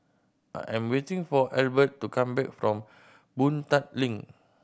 I am waiting for Adelbert to come back from Boon Tat Link